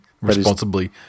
Responsibly